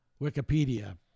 Wikipedia